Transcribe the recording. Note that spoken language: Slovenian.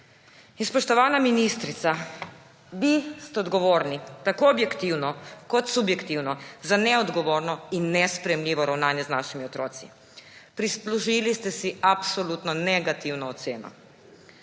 Spoštovana ministrica, vi ste odgovorni tako objektivno kot subjektivno za neodgovorno in nesprejemljivo ravnanje z našimi otroki. Prislužili ste si absolutno negativno oceno.